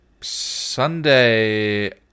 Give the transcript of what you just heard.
Sunday